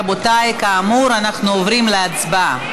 רבותיי, כאמור, אנחנו עוברים להצבעה.